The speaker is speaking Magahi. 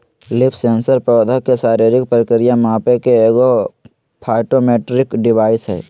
लीफ सेंसर पौधा के शारीरिक प्रक्रिया मापे के एगो फाइटोमेट्रिक डिवाइस हइ